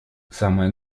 самое